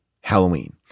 Halloween